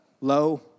low